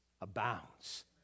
abounds